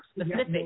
specific